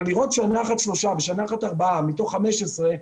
אבל לראות שנה אחת שלושה ושנה אחת ארבעה מתוך 15,